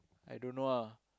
I don't know ah